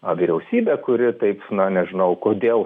vyriausybę kuri taip na nežinau kodėl